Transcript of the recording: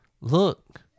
look